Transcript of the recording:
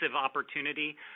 opportunity